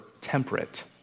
temperate